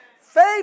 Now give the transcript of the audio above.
Faith